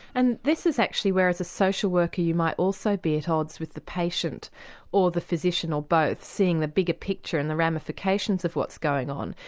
and this is actually where as a social worker you might also be at odds with the patient or the physician, or both, seeing the bigger picture and the ramifications of what's going on.